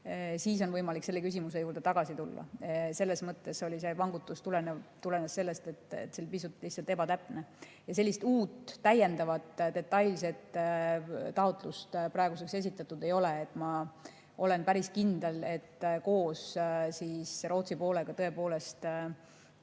siis on võimalik selle küsimuse juurde tagasi tulla. Selles mõttes see vangutus tulenes sellest, et see oli lihtsalt pisut ebatäpne. Ja uut, täiendavat, detailset taotlust praeguseks esitatud ei ole. Ma olen päris kindel, et koos Rootsi poolega tõepoolest